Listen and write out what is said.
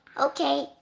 Okay